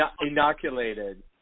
inoculated